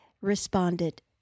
responded